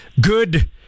good